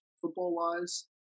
football-wise